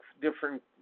different